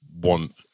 want